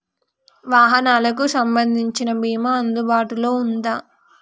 వాహనాలకు సంబంధించిన బీమా అందుబాటులో ఉందా?